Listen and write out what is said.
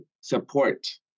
support